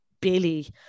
Billy